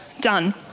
done